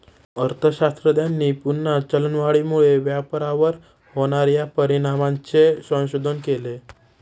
अर्थशास्त्रज्ञांनी पुन्हा चलनवाढीमुळे व्यापारावर होणार्या परिणामांचे संशोधन केले